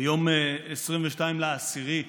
ביום 22 באוקטובר,